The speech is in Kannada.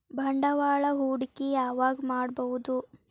ಬಂಡವಾಳ ಹೂಡಕಿ ಯಾವಾಗ್ ಮಾಡ್ಬಹುದು?